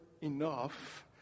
enough